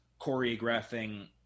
choreographing